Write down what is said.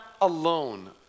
alone